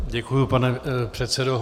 Děkuji, pane předsedo.